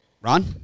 Ron